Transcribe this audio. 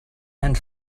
and